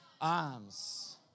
arms